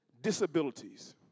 Disabilities